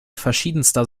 verschiedenster